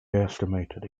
estimated